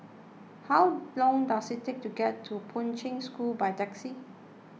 how long does it take to get to Poi Ching School by taxi